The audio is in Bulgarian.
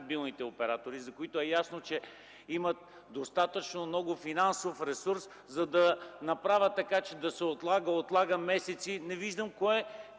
мобилните оператори, за които е ясно, че имат достатъчно много финансов ресурс, за да направят така, че да се отлага, отлага месеци? Не виждам кое